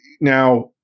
Now